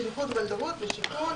שליחות, בלדרות ושיכון.